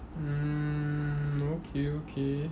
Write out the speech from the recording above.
mm okay okay